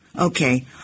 Okay